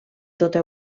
tota